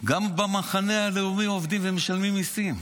גם במחנה הלאומי עובדים ומשלמים מיסים.